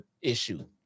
issue